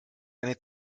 eine